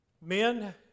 Men